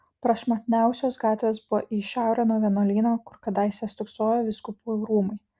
prašmatniausios gatvės buvo į šiaurę nuo vienuolyno kur kadaise stūksojo vyskupų rūmai